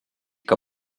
que